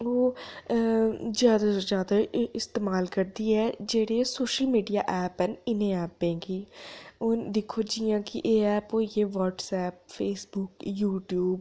ओह् अ जैदा शा जैदा इ इस्तेमाल करदी ऐ जेह्डे सोशल मीडिया ऐप्प न इ'नें ऐप्पें गी हून दिक्खो जि'यां कि एह् ऐप्प होई गे व्हाट्सऐप्प फेसबुक यू ट्यूब